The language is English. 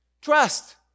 Trust